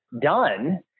done